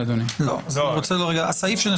רוצה לומר לפרוטוקול שהציפייה שלי